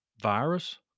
virus